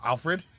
Alfred